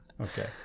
Okay